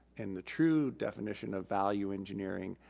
in the true definition of value engineering,